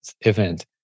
event